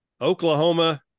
Oklahoma